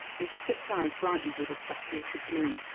miss tripp's eyes brightened with a speculative gleam.